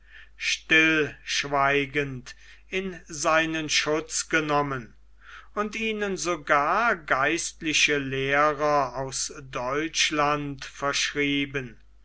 stillschweigend in seinen schutz genommen und ihnen sogar geistliche lehrer aus deutschland verschrieben